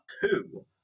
two